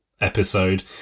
episode